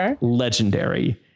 legendary